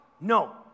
No